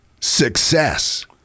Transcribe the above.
success